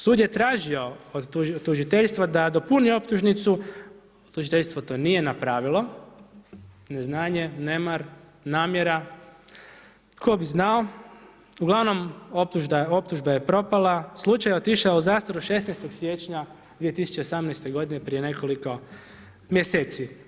Sud je tražio od tužiteljstva da dopuni optužnicu, tužiteljstvo to nije napravio, neznanje, nemar, namjera, tko bi znao, ugl. optužba je propala, slučaj je otišao u zastaru 16. siječnja 2018. g. prije nekoliko mjeseci.